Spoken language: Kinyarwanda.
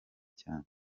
cyane